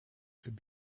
could